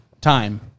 time